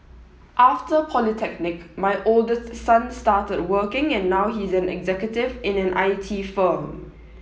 after polytechnic my oldest son started working and now he's an executive in an I T firm